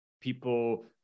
people